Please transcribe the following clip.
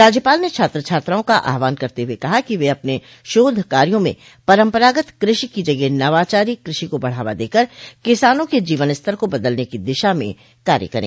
राज्यपाल ने छात्र छात्राओं का आह्वान करते हुए कहा कि वे अपने शोध कार्यो में परम्परागत कृषि की जगह नवाचारी कृषि को बढ़ावा देकर किसानों के जीवन स्तर को बदलने की दिशा में कार्य करें